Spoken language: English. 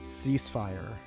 Ceasefire